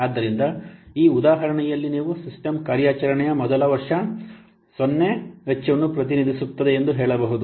ಆದ್ದರಿಂದ ಈ ಉದಾಹರಣೆಯಲ್ಲಿ ನೀವು ಸಿಸ್ಟಮ್ ಕಾರ್ಯಾಚರಣೆಯ ಮೊದಲು ವರ್ಷ ಸೊನ್ನೆ ವೆಚ್ಚವನ್ನು ಪ್ರತಿನಿಧಿಸುತ್ತದೆ ಎಂದು ಹೇಳಬಹುದು